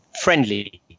friendly